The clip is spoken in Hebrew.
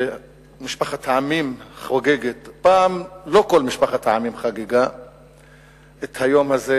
ש"משפחת העמים חוגגת" פעם לא כל משפחת העמים חגגה את היום הזה,